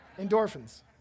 endorphins